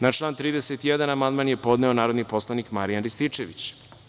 Na član 31. amandman je podneo narodni poslanik Marijan Rističević.